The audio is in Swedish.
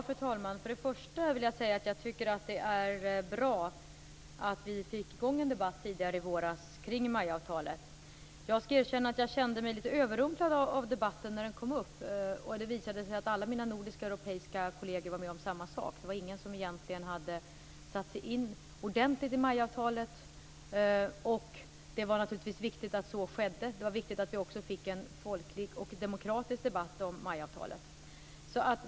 Fru talman! Jag tycker att det är bra att vi fick i gång en debatt tidigare i våras kring MAI-avtalet. Jag kände mig litet överrumplad av debatten. Det visade sig att alla mina nordiska och europeiska kolleger kände samma sak. Det var ingen som ordentligt hade satt sig in i MAI-avtalet. Det var viktigt att så skedde. Det var också viktigt att vi fick en folklig och demokratisk debatt om MAI-avtalet.